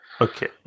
okay